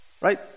Right